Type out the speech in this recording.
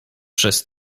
przez